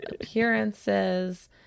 appearances